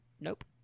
nope